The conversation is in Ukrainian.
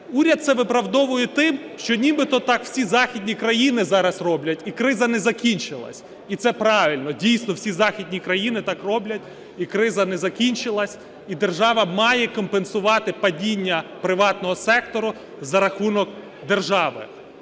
Уряд це виправдовує тим, що нібито так всі західні країни зараз роблять, і криза не закінчилась. І це правильно. Дійсно, всі західні країни так роблять, і криза не закінчилась, і держава має компенсувати падіння приватного сектору за рахунок держави.